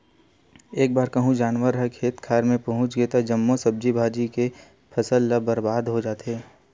एक बार कहूँ जानवर ह खेत खार मे पहुच गे त जम्मो सब्जी भाजी के फसल ह बरबाद हो जाथे